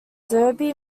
derby